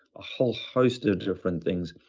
a whole host of different things,